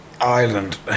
island